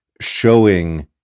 showing